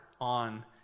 on